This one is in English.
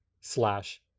slash